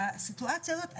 בסיטואציה הזאת,